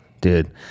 Dude